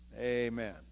Amen